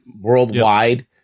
worldwide